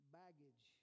baggage